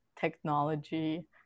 technology